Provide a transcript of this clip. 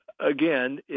again